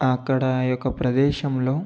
అక్కడ యొక్క ప్రదేశంలో